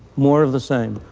more of the same,